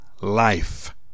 life